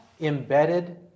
embedded